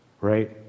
right